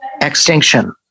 extinction